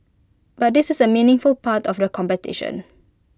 but this is A meaningful part of the competition